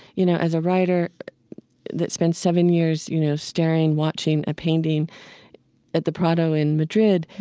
you know, as a writer that spent seven years you know staring, watching a painting at the prado in madrid,